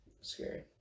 Scary